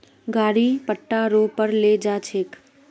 गाड़ी पट्टा रो पर ले जा छेक